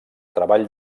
treball